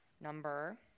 number